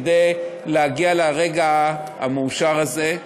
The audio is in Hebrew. כדי להגיע לרגע המאושר הזה,